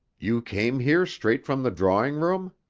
you came here straight from the drawing-room?